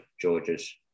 George's